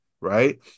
right